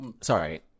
Sorry